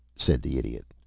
said the idiot.